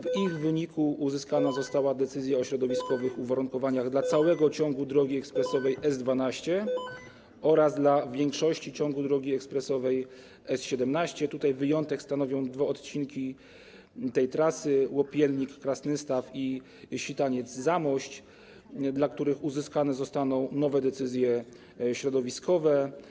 W ich wyniku uzyskana została decyzja o środowiskowych uwarunkowaniach dla całego ciągu drogi ekspresowej S12 oraz dla większości ciągu drogi ekspresowej S17, tutaj wyjątek stanowią dwa odcinki tej trasy, Łopiennik - Krasnystaw i Sitaniec - Zamość, dla których uzyskane zostaną nowe decyzje środowiskowe.